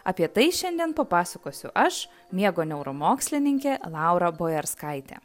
apie tai šiandien papasakosiu aš miego neuromokslininkė laura bojarskaitė